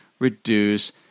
reduce